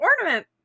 Ornament